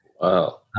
Wow